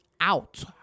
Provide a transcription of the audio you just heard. out